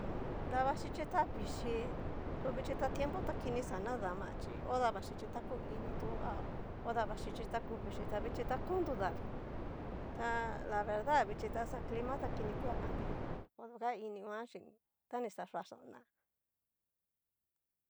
Mmm davaxhichí ta vichii tu vichi ta tiempo ta quini xa nadama chí odavaxhichí ta ku initu, a ho dabaxhichi ta ku vixii, chi ta kon davii ta la verdad vixhi ta xa clima ta kini kue cambiar, oduga ininguan xhín ta ni xa choa xana.